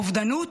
שהוא אובדנות,